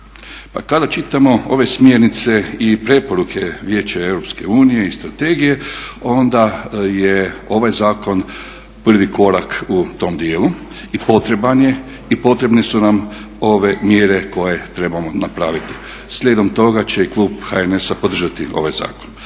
kada čitamo ove smjernice i preporuke Vijeća Europske unije i strategije onda je ovaj zakon prvi korak u tom dijelu i potreban je i potrebne su nam ove mjere koje trebamo napraviti. Slijedom toga će klub HNS-a podržati ovaj zakon.